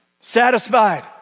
satisfied